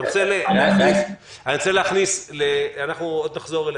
אני עוד נחזור אליכם.